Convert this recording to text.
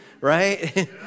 right